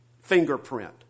Fingerprint